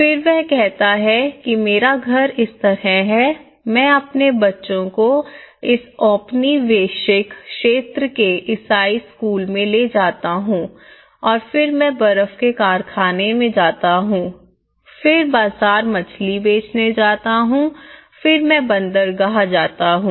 फिर वह कहता है कि मेरा घर इस तरह है मैं अपने बच्चों को इस औपनिवेशिक क्षेत्र के ईसाई स्कूल में ले जाता हूं और फिर मैं बर्फ के कारखाने में जाता हूं फिर बाजार मछली बेचने जाता हूं फिर मैं बंदरगाह जाता हूं